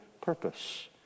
purpose